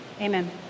Amen